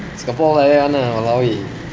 singapore like that [one] lah !walao! eh